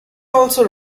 also